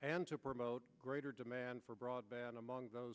and to promote greater demand for broadband among those